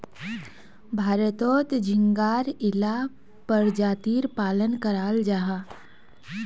भारतोत झिंगार इला परजातीर पालन कराल जाहा